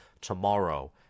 tomorrow